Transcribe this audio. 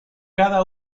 cada